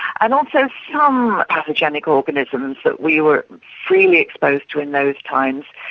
and also some pathogenic organisms that we were freely exposed to in those times,